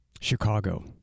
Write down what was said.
Chicago